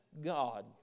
God